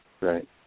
Right